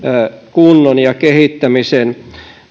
kunnon ja kehittämisen